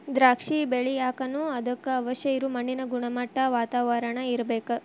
ದ್ರಾಕ್ಷಿ ಬೆಳಿಯಾಕನು ಅದಕ್ಕ ಅವಶ್ಯ ಇರು ಮಣ್ಣಿನ ಗುಣಮಟ್ಟಾ, ವಾತಾವರಣಾ ಇರ್ಬೇಕ